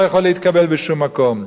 לא יכול להתקבל לשום מקום.